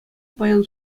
паян